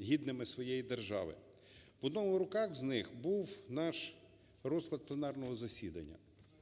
гідними своєї держави. В руках одного з них був наш розклад пленарного засідання.